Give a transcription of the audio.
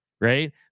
right